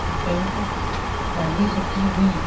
scent ॾाढी सुठी हुई